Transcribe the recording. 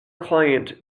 client